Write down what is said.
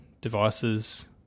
devices